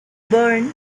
burn